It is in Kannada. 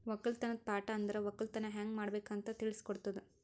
ಒಕ್ಕಲತನದ್ ಪಾಠ ಅಂದುರ್ ಒಕ್ಕಲತನ ಹ್ಯಂಗ್ ಮಾಡ್ಬೇಕ್ ಅಂತ್ ತಿಳುಸ್ ಕೊಡುತದ